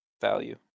value